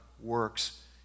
works